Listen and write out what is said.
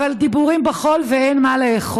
אבל דיבורים כמו חול ואין מה לאכול.